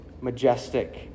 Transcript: majestic